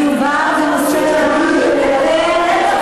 מדובר בנושא רגיש ביותר,